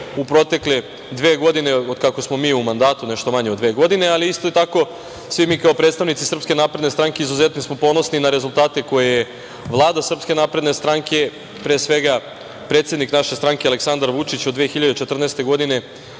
u protekle dve godine od kako smo mi u mandatu, nešto manje od dve godine, ali isto tako, svi mi kao predstavnici SNS izuzetno smo ponosni na rezultate koje je Vlada SNS, pre svega predsednik naše stranke Aleksandar Vučić, od 2014. godine